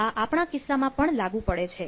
આ આપણા કિસ્સામાં પણ લાગુ પડે છે